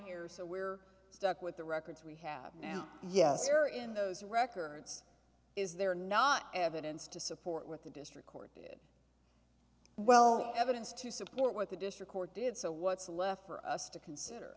years so we're stuck with the records we have and yes here in those records is there not evidence to support what the district court well evidence to support what the district court did so what's left for us to consider